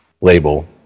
label